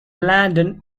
landon